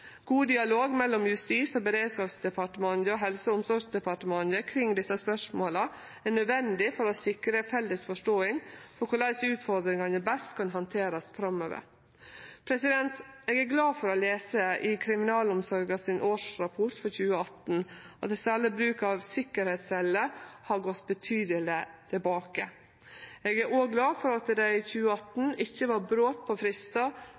God dialog mellom Justis- og beredskapsdepartementet og Helse- og omsorgsdepartementet kring desse spørsmåla er nødvendig for å sikre felles forståing av korleis utfordringane best kan handterast framover. Eg er glad for å lese i kriminalomsorga sin årsrapport for 2018 at særleg bruk av sikkerheitscelle har gått betydeleg tilbake. Eg er òg glad for at det i 2018 ikkje var brot på